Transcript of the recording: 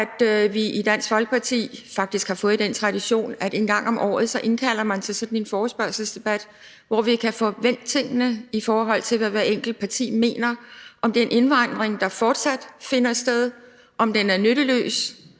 at vi i Dansk Folkeparti faktisk har fået den tradition, at vi en gang om året indkalder til sådan en forespørgselsdebat, hvor vi kan få vendt tingene, i forhold til hvad hvert enkelt parti mener om den indvandring, der fortsat finder sted – om den er nytteløs